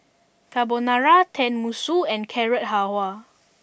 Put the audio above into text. Carbonara Tenmusu and Carrot Halwa